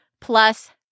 plus